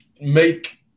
make